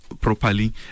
properly